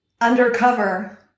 undercover